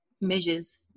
measures